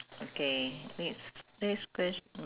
okay next next quest~